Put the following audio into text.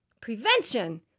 prevention